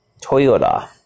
Toyota